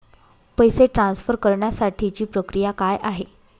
पैसे ट्रान्सफर करण्यासाठीची प्रक्रिया काय आहे?